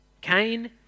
Cain